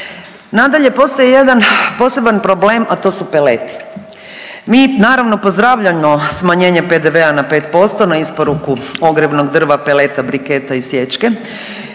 Nadalje, postoji jedan poseban problem, a to su peleti. Mi naravno pozdravljamo smanjenje PDV-a na 5% na isporuku ogrjevnog drva, peleta, briketa i sječke,